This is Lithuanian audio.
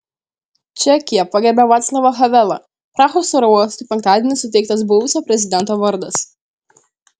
čekija pagerbia vaclavą havelą prahos oro uostui penktadienį suteiktas buvusio prezidento vardas